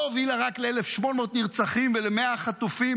לא הובילה רק ל-1,800 נרצחים ול-100 חטופים,